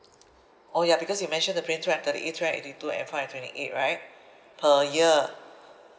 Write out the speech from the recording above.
oh ya because you mentioned the twenty eight right per year